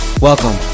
welcome